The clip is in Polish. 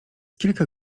kilka